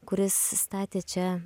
kuris statė čia